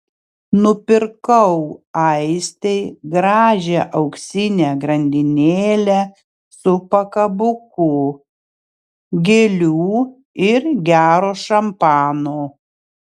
nupirkau aistei gražią auksinę grandinėlę su pakabuku gėlių ir gero šampano